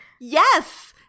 Yes